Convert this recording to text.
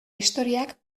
historiak